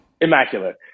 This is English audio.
immaculate